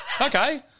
Okay